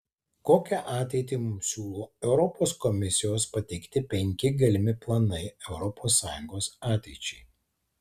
kokią ateitį mums siūlo europos komisijos pateikti penki galimi planai europos sąjungos ateičiai